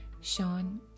Sean